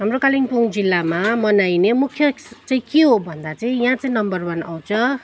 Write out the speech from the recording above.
हाम्रो कालिम्पोङ जिल्लामा मनाइने मुख्य चाहिँ के हो भन्दा चाहिँ या चाहिँ नम्बर वान आउँछ